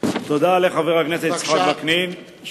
תודה לחבר הכנסת יצחק וקנין.